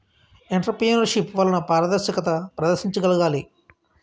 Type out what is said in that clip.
entrepreneurship వలన పారదర్శకత ప్రదర్శించగలగాలి